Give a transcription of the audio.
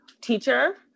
teacher